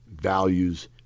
values